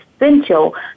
essential